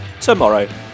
tomorrow